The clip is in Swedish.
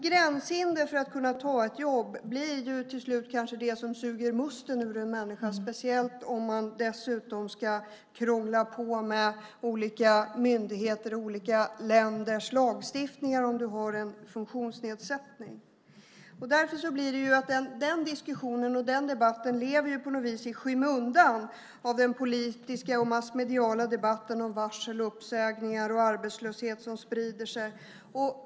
Gränshinder för att kunna ta ett jobb blir kanske till slut det som suger musten ur en människa, speciellt om man dessutom ska krångla på med olika myndigheter och olika länders lagstiftning om man har en funktionsnedsättning. Därför lever den diskussionen och den debatten på något vis i skymundan av den politiska och massmediala debatten om varsel, uppsägningar och arbetslöshet som sprider sig.